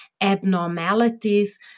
abnormalities